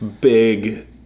big